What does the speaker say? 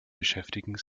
beschäftigen